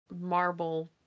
marble